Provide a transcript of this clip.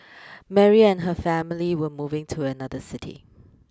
Mary and her family were moving to another city